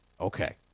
Okay